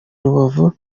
rubavu